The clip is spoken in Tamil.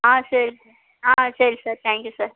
ஆ சரி ஆ சரி சார் தேங்க் யூ சார்